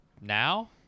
Now